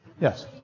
Yes